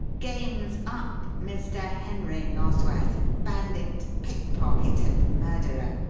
game's up, mr. henry nosworth, bandit, pickpocket, and murderer!